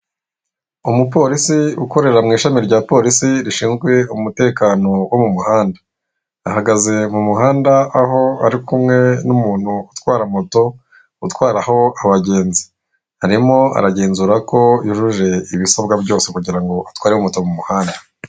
Umupolisi ukorera mu ishami rya polisi rishinzwe umutekano wo mu muhanda. Ahagaze mu muhanda aho ari kumwe n'umuntu utwara moto, utwaraho abagenzi. Arimo aragenzura ko yujuje ibisabwa byose kugira ngo atware moto mu muhanda.